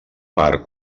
part